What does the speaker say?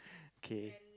kay